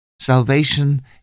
Salvation